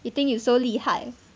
you think you so 厉害